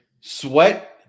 sweat